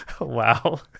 Wow